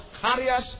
carriers